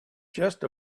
just